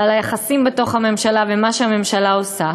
ועל היחסים בתוך הממשלה ומה שהממשלה עושה.